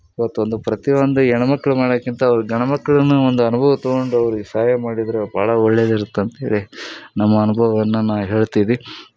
ಇವತ್ತು ಒಂದು ಪ್ರತಿಯೊಂದು ಹೆಣ್ ಮಕ್ಳು ಮಾಡೋಕ್ಕಿಂತ ಗಂಡ ಮಕ್ಳು ಒಂದು ಅನುಭವ ತೊಗೊಂಡು ಅವ್ರಿಗೆ ಸಹಾಯ ಮಾಡಿದ್ರೆ ಭಾಳ ಒಳ್ಳೇದು ಇರುತ್ತಂತ ಹೇಳಿ ನಮ್ಮ ಅನುಭವವನ್ನು ನಾನು ಹೇಳ್ತೀವಿ